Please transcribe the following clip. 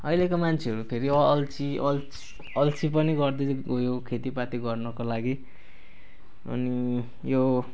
अहिलेको मान्छेहरू फेरि अल्छी अल्छी अल्छी पनि गर्दै गयो खेतीपाती गर्नको लागि अनि यो